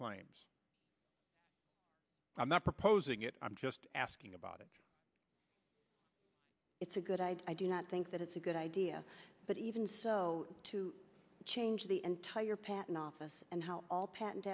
claims i'm not proposing it i'm just asking about it it's a good i do not think that it's a good idea but even so to change the entire patent office and how all patent